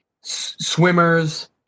swimmers